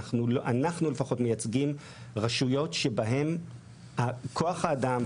אנחנו לפחות מייצגים רשויות שבהן כוח האדם,